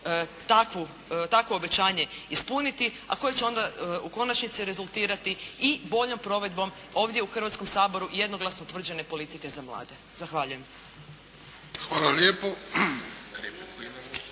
takvo obećanje ispuniti a koje će onda u konačnici rezultirati i boljom provedbom ovdje u Hrvatskom saboru i jednoglasno utvrđene politike za mlade. Zahvaljujem. **Bebić,